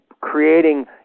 creating